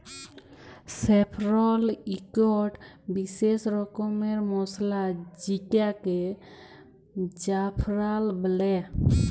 saffron ইকট বিসেস রকমের মসলা যেটাকে জাফরাল বল্যে